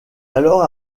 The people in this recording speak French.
alors